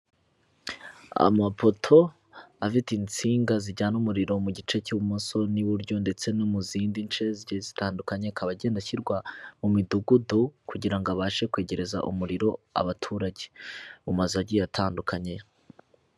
Amapoto afite insinga zijyana umuriro mu gice cy'ibumoso n'iburyo ndetse no mu zindi nce zigiye zitandukanye, akaba agenda ashyirwa mu midugudu kugira abashe kwegereza umuriro abaturage mu mazu agiye atandukanye.